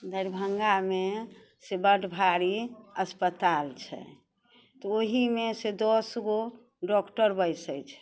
दरभंगामे से बड्ड भारी अस्पताल छै तऽ ओहिमेसँ दस गो डॉक्टर बैसै छै